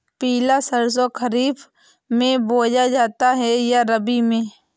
पिला सरसो खरीफ में बोया जाता है या रबी में?